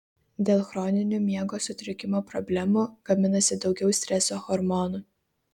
dėl chroninių miego sutrikimo problemų gaminasi daugiau streso hormonų